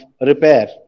repair